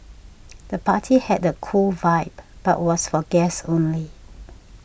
the party had a cool vibe but was for guests only